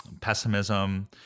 pessimism